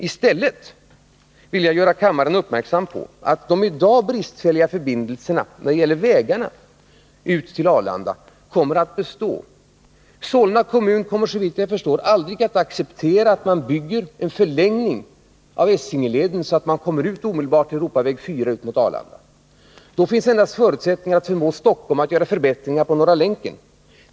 I stället vill jag göra kammaren uppmärksam på att de i dag bristfälliga förbindelserna när det gäller vägarna ut till Arlanda kommer att bestå. Solna kommun kommer, såvitt jag förstår, aldrig att acceptera att man bygger en förlängning av Essingeleden, så att trafikanterna kommer ut omedelbart på Europaväg 4 mot Arlanda. Då finns endast förutsättningen att förmå Stockholm att göra förbättringar av Norra Länken.